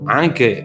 anche